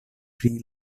pri